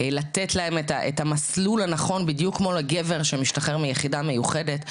לתת להן את המסלול הנכון בדיוק כמו לגבר שמשתחרר מיחידה מיוחדת,